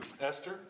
Esther